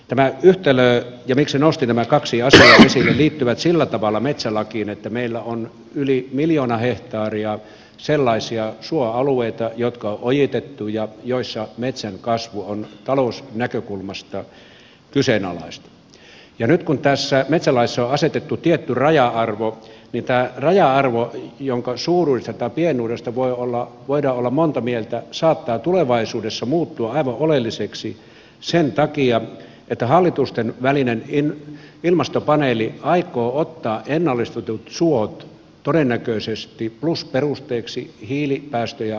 tämä yhtälö ja se miksi nostin nämä kaksi asiaa esille liittyy sillä tavalla metsälakiin että meillä on yli miljoona hehtaaria sellaisia suoalueita jotka on ojitettu ja joissa metsän kasvu on talousnäkökulmasta kyseenalaista ja nyt kun tässä metsälaissa on asetettu tietty raja arvo niin tämä raja arvo jonka suuruudesta tai pienuudesta voidaan olla monta mieltä saattaa tulevaisuudessa muuttua aivan oleelliseksi sen takia että hallitustenvälinen ilmastopaneeli aikoo ottaa ennallistetut suot todennäköisesti plusperusteeksi hiilipäästöjä laskettaessa